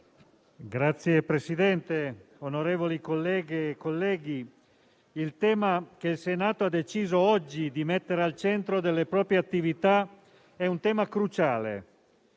Signor Presidente, onorevoli colleghe e colleghi, quello che il Senato ha deciso oggi di mettere al centro delle proprie attività è un tema cruciale;